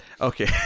okay